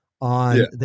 On